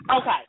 Okay